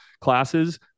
classes